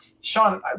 sean